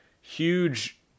huge